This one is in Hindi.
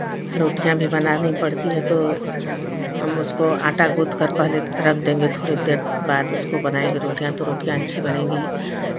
रोटियाँ भी बनानी पड़ती है तो हम उसको आंटा गूँथ कर पहले रख देंगे थोड़ी देर बाद उसको बनाएंगे रोटियाँ तो रोटियाँ अच्छी बनेंगी